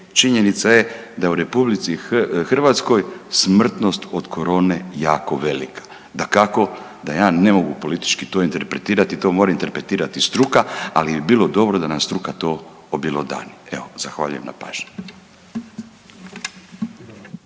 činjenica je da je u Republici Hrvatskoj smrtnost od korone jako velika. Dakako da ja ne mogu to politički to interpretirati. To mora interpretirati struka, ali bi bilo dobro da nam struka to objelodani. Evo zahvaljujem na pažnji.